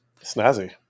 snazzy